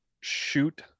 shoot